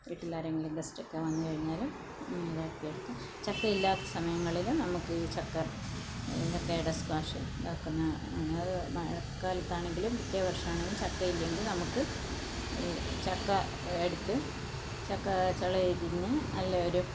വീട്ടിലാരെങ്കിലും ഗസ്റ്റൊക്കെ വന്ന് കഴിഞ്ഞാൽ ചക്കയില്ലാത്ത സമയങ്ങളിൽ നമുക്ക് ചക്ക ചക്കയുടെ സ്ക്വാഷ് ഉണ്ടാക്കുന്നത് അത് മഴക്കാലത്താണെങ്കിലും പിറ്റേ വർഷം ആണെങ്കിലും ചക്കയില്ലെങ്കിൽ നമുക്ക് ഈ ചക്കയെടുത്ത് ചക്കച്ചുളയിൽ നിന്ന് അതിലൊരു